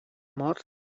morts